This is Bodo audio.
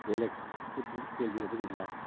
बेलेगफोरखौ गेलेनो रोंलिया